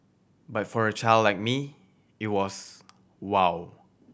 but for a child like me it was wow